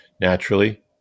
Naturally